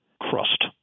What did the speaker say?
crust